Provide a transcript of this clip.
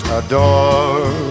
adore